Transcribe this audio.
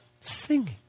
Singing